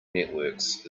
networks